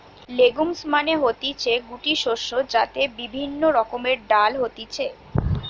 legumes মানে হতিছে গুটি শস্য যাতে বিভিন্ন রকমের ডাল হতিছে